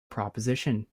proposition